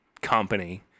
company